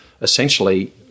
essentially